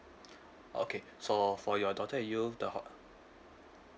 okay so for your daughter you the